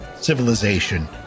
civilization